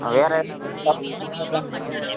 வேறு எதனால் டவுட் இருந்தால் நேரில் வந்து வாங்கிக்கலாம் நீங்கள்